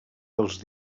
els